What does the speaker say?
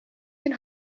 can